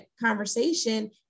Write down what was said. conversation